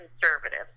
conservative